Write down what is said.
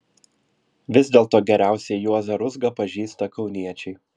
vis dėlto geriausiai juozą ruzgą pažįsta kauniečiai